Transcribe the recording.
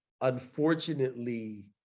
unfortunately